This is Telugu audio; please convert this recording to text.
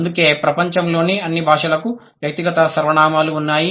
అందుకే ప్రపంచంలోని అన్ని భాషలకు వ్యక్తిగత సర్వనామాలు ఉన్నాయి